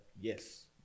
yes